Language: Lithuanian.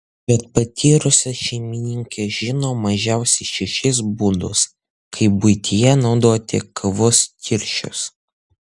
bet patyrusios šeimininkės žino mažiausiai šešis būdus kaip buityje naudoti kavos tirščius